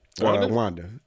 Wanda